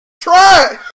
try